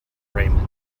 raymond